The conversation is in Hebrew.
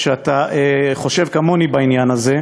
שאתה חושב כמוני בעניין הזה.